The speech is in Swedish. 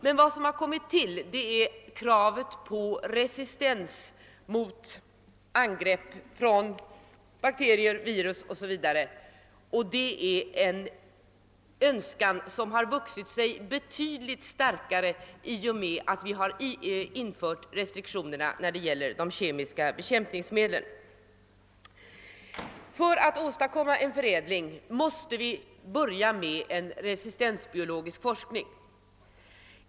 Men vad som tillkommit är kravet på växternas resistens mot angrepp från bakterier, virus o. s. v. Detta är ett krav som vuxit sig betydligt starkare i och med att vi infört restriktioner när det gäller bruket av de kemiska bekämpningsmedlen. Förutsättningen för växtförädling är en resistensbiologisk forskning.